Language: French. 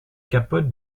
capote